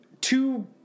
two